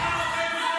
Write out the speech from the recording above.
ביזיון.